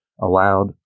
allowed